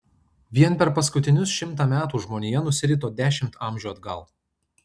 vien per paskutinius šimtą metų žmonija nusirito dešimt amžių atgal